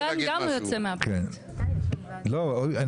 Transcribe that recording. אני